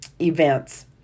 events